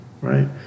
right